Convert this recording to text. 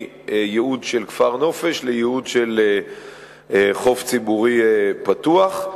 מייעוד של כפר נופש לייעוד של חוף ציבורי פתוח.